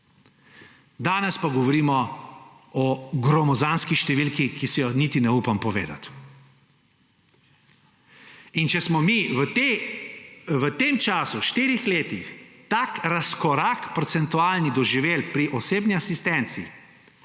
Danes pa govorimo o gromozanski številki, ki si je niti ne upam povedati. In če smo mi v tem času, štirih letih, tak procentualni razkorak doživeli pri osebni asistenci,